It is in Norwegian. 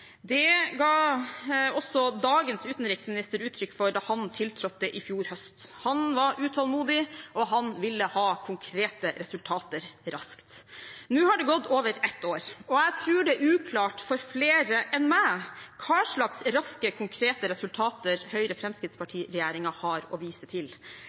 Det ga også dagens utenriksminister uttrykk for da han tiltrådte i fjor høst. Han var utålmodig, og han ville ha konkrete resultater raskt. Nå har det gått over ett år, og jeg tror det er uklart for flere enn meg hva slags raske, konkrete resultater Høyre–Fremskrittsparti-regjeringen har å vise til.